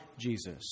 Jesus